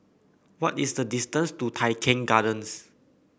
what is the distance to Tai Keng Gardens